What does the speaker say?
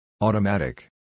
Automatic